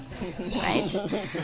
Right